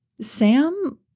Sam